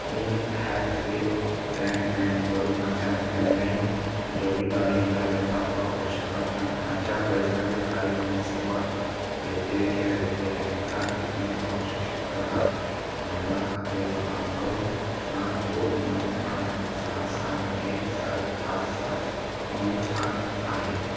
मी Hathway ब्रँडबँडवरून माझ्या landline जोडणीद्वारे इंटरनेटचा वापर करू शकत नाही माझ्या परिसरातील काही ज्ञात सेवा व्यत्यय के व्यत्यय आहेत का ते तुम्ही तपासू शकता का माझा खाते क्रमांक सात दोन नऊ आठ सहा सहा एक सात पाच सात नऊ सात आहे